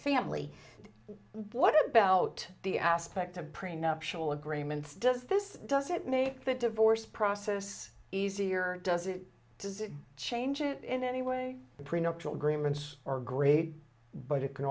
family what about the aspect of prenuptial agreements does this does it make the divorce process easier and does it does it change it in any way the prenuptial agreements are great but it c